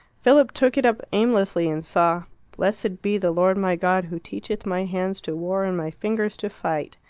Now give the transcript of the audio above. philip took it up aimlessly, and saw blessed be the lord my god who teacheth my hands to war and my fingers to fight.